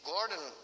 Gordon